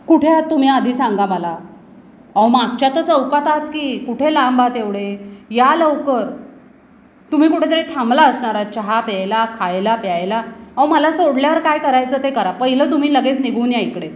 कुठे आहात तुम्ही आधी सांगा मला अहो मागच्या तर चौकात आहात की कुठे लांब आहात एवढे या लवकर तुम्ही कुठेतरी थांबला असणार आहात चहा प्यायला खायला प्यायला अहो मला सोडल्यावर काय करायचं ते करा पहिलं तुम्ही लगेच निघून या इकडे